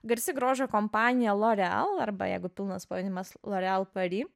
garsi grožio kompanija loreal arba jeigu pilnas pavadinimas loreal pari